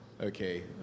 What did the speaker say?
Okay